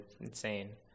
insane